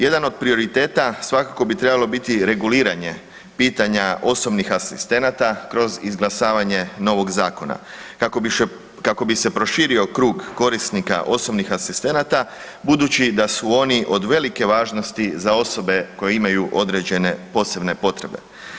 Jedan od prioriteta svakako bi trebalo biti reguliranje pitanja osobnih asistenata kroz izglasavanje novog zakona kako bi se proširio krug korisnika osobnih asistenata budući da su oni od velike važnosti za osobe koje imaju određene posebne potrebe.